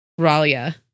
Ralia